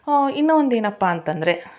ಇನ್ನೂ ಒಂದು ಏನಪ್ಪ ಅಂತಂದರೆ